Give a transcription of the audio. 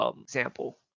example